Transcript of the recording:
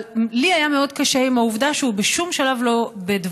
אבל לי היה מאוד קשה עם העובדה שבשום שלב בדבריו,